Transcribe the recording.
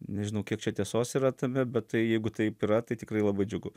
nežinau kiek čia tiesos yra tame bet tai jeigu taip yra tai tikrai labai džiugu